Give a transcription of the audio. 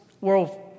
World